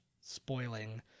spoiling